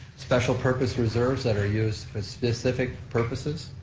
special purpose reserves that are used for specific purposes,